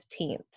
15th